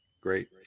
great